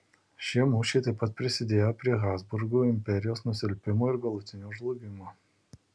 šie mūšiai taip pat prisidėjo prie habsburgų imperijos nusilpimo ir galutinio žlugimo